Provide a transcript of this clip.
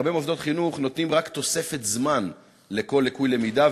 בהרבה מוסדות חינוך נותנים רק תוספת זמן לכל לקוי למידה,